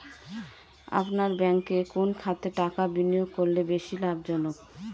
আপনার ব্যাংকে কোন খাতে টাকা বিনিয়োগ করলে বেশি লাভজনক?